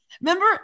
remember